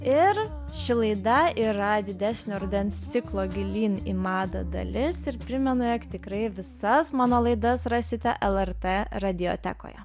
ir ši laida yra didesnio rudens ciklo gilyn į madą dalis ir primena jog tikrai visas mano laidas rasite lrt radiotekoje